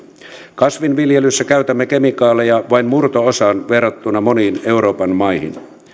kasvinviljelyssä käytämme kemikaaleja vain murto osan verrattuna moniin euroopan maihin